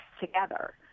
together